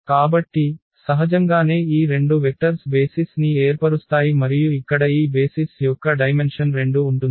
కాబట్టి సహజంగానే ఈ రెండు వెక్టర్స్ బేసిస్ ని ఏర్పరుస్తాయి మరియు ఇక్కడ ఈ బేసిస్ యొక్క డైమెన్షన్ రెండు ఉంటుంది